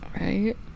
Right